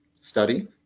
study